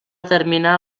determinar